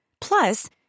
Plus